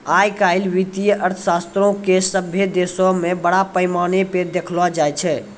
आइ काल्हि वित्तीय अर्थशास्त्रो के सभ्भे देशो मे बड़ा पैमाना पे देखलो जाय छै